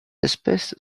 espèce